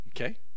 okay